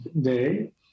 day